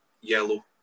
yellow